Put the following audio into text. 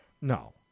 no